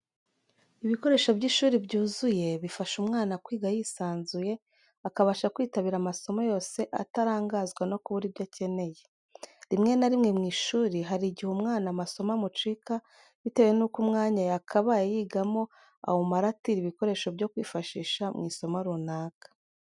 Ibikoresho by'ishuri byuzuye, bifasha umwana kwiga yisanzuye, akabasha kwitabira amasomo yose atarangazwa no kubura ibyo akeneye. Rimwe na rimwe mu ishuri hari igihe umwana amasomo amucika bitewe nuko umwanya yakabaye yigamo awumara atira ibikoresho byo kwifashisha mu isomo runaka.